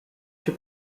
się